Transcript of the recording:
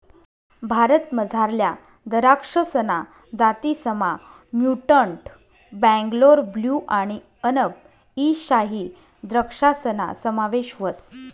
भारतमझारल्या दराक्षसना जातीसमा म्युटंट बेंगलोर ब्लू आणि अनब ई शाही द्रक्षासना समावेश व्हस